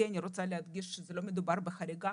אני רוצה להדגיש שלא מדובר בחריגה,